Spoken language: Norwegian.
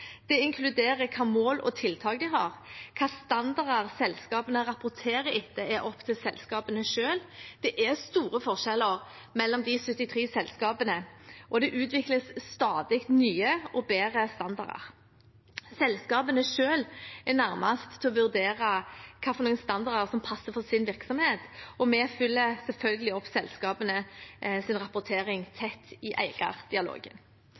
Det inkluderer hvilke mål og tiltak de har. Hvilke standarder selskapene rapporterer etter, er opp til selskapene selv. Det er store forskjeller mellom disse 73 selskapene. Det utvikles stadig nye og bedre standarder. Selskapene selv er nærmest til å vurdere hvilke standarder som passer for deres virksomhet, og vi følger selvfølgelig tett opp selskapenes rapportering i